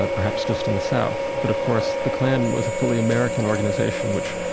ah perhaps just in the south. but of course, the klan was a fully american organization, which,